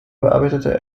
bearbeitete